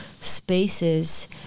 spaces